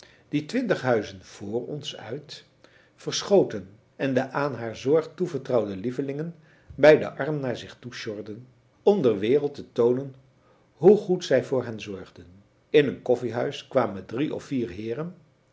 die twintig huizen vr ons uit verschoten en de aan haar zorg toevertrouwde lievelingen bij de armen naar zich toe sjorden om der wereld te toonen hoe goed zij voor hen zorgden in een koffiehuis kwamen drie of vier heeren